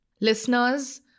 Listeners